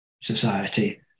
society